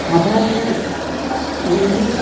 आधारेण ये ये